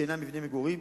שאינם מבני מגורים.